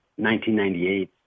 1998